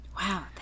Wow